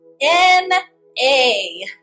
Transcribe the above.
N-A